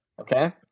okay